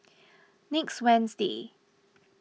next wednesday